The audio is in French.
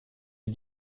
est